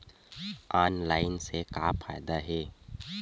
Online से का फ़ायदा हे?